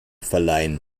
verleihen